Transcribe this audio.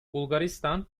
bulgaristan